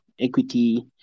equity